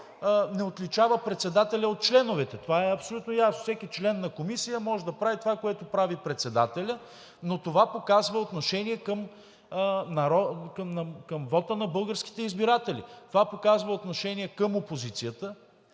не отличава председателя от членовете – това е абсолютно ясно. Всеки член на комисия може да прави това, което прави и председателят, но това показва отношение към вота на българските избиратели, това показва отношение към опозицията